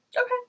Okay